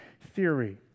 theory